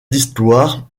d’histoire